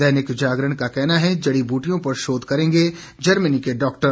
दैनिक जागरण का कहना है जड़ी बूटियों पर शोध करेंगे जर्मनी के डॉक्टर